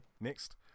Next